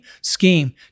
scheme